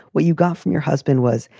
what you got from your husband was,